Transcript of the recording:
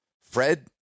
Fred